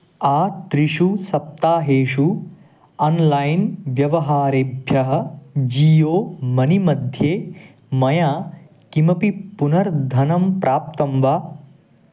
आत्रिषु सप्ताहेषु अन्लैन् व्यवहारेभ्यः जीयो मनि मध्ये मया किमपि पुनर्धनं प्राप्तं वा